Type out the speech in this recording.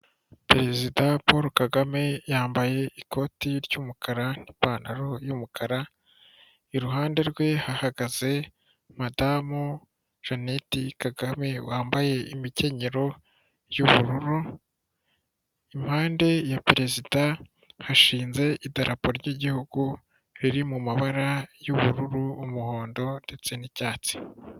Perezida Paul Kagame yambaye ikoti ry'umukara n'ipantaro y'umukara, iruhande rwe hagaze madamu Jeannette Kagame, wambaye imikenyero y'ubururu, impande ya perezida hashinze idarapo ry'igihugu riri mu mabara y'ubururu, umuhondo ndetse n'icyatsi.